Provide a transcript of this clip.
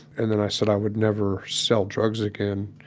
and then i said i would never sell drugs again.